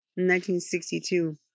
1962